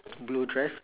blue dress